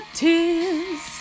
tears